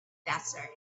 desert